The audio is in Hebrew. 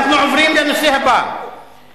אנחנו עוברים לנושא הבא: